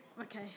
Okay